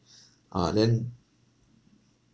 uh then